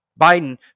Biden